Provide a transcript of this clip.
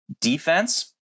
defense